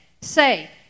Say